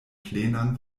plenan